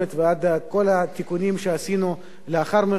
ועוד כל התיקונים שעשינו לאחר מכן,